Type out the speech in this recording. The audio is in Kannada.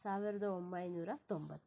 ಸಾವಿರದ ಒಂಬೈನೂರ ತೊಂಬತ್ತು